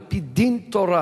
על-פי דין תורה